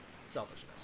selfishness